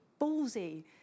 ballsy